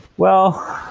well,